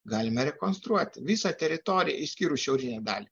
galime rekonstruoti visą teritoriją išskyrus šiaurinę dalį